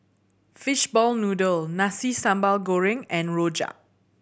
fishball noodle Nasi Sambal Goreng and rojak